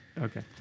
Okay